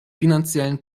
finanziellen